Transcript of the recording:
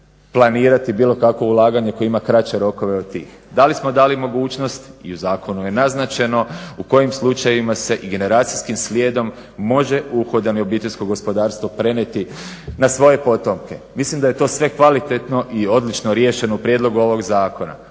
planirati bilo kakvo ulaganje koje ima kraće rokove od tih. Da li smo dali u mogućnost i u zakonu je naznačeno u kojim slučajevima se i generacijskim slijedom može uhodano obiteljsko gospodarstvo prenijeti na svoje potomke. Mislim da je to sve kvalitetno i odlično riješeno u prijedlogu ovog zakona.